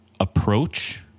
Approach